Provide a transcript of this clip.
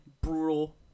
brutal